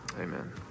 Amen